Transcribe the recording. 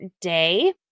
day